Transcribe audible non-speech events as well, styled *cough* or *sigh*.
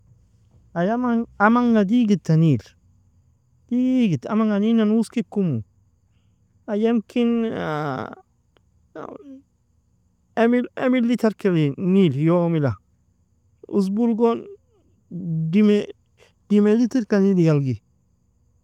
Ai aman amangha dighitta nier, dighitta amangha nienan uoski kumo, ai yemkin *hesitation* emill, emill, litirka nier yomila, usbolgon demie, demie litirka nierig alghi.